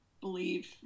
believe